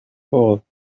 fall